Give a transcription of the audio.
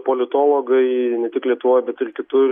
politologai ne tik lietuvoj bet ir kitur